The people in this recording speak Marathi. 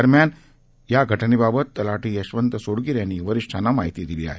दरम्यान घटनेबाबत तलाठी यशवंत सोडगीर यांनी या वरिष्ठांना माहिती दिली आहे